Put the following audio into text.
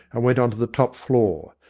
and went on to the top floor.